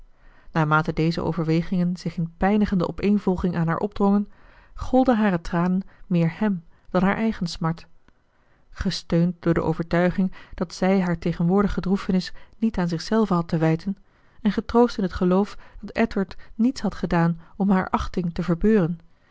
naarmate deze overwegingen zich in pijnigende opeenvolging aan haar opdrongen golden hare tranen meer hèm dan haar eigen smart gesteund door de overtuiging dat zij haar tegenwoordige droefenis niet aan zich zelve had te wijten en getroost in het geloof dat edward niets had gedaan om hare achting te verbeuren